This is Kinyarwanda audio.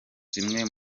zimwe